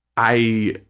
i,